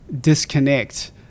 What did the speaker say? disconnect